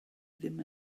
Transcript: ddim